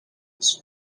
his